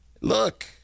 look